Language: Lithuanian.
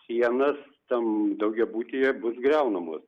sienas tam daugiabutyje bus griaunamos